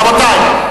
רבותי,